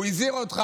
הוא הזהיר אותך,